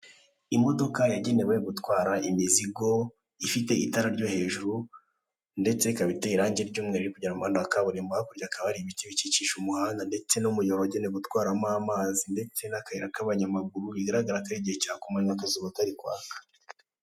Imodoka yagenewe gutwara imizigo ifite itara ryo hejuru ndetse ikaba iteye irange ry'umweru, iri kugenda mu muhanda wa kaburimbo. Hakurya hakaba hari ibiti bikikije umuhanda ndetse n'umuyoboro wagenewe gutwaramo amazi ndetse n'akayira k'abanyamaguru bigaragara ko ari igihe cya ku manywa akazuba kari kwaka.